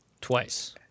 twice